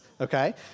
okay